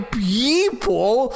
people